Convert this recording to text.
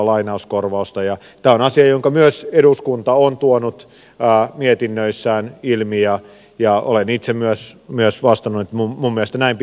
tämä on asia jonka myös eduskunta on tuonut mietinnöissään ilmi ja olen itse myös vastannut että minun mielestäni näin pitäisi toimia